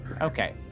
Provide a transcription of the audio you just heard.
Okay